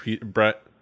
Brett